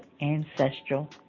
ancestral